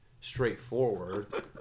straightforward